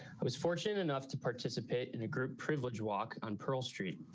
i was fortunate enough to participate in a group privilege walk on pearl street.